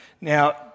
Now